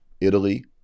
Italy